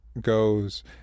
goes